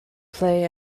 play